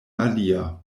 alia